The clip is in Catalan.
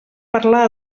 parlar